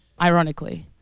Ironically